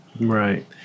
Right